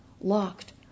locked